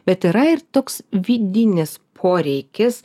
bet yra ir toks vidinis poreikis